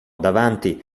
davanti